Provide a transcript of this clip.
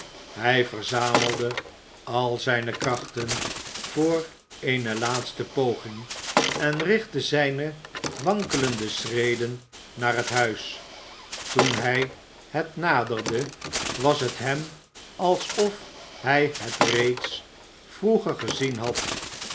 hij verzamelde al zijne krachten voor eene laatste poging en richtte zijne wankelende schreden naar het huis toen hij het naderde was het hem alsof hij het reeds vroeger gezien had